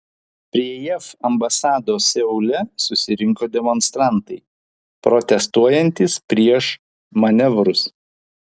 prie jav ambasados seule susirinko demonstrantai protestuojantys prieš manevrus